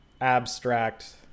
abstract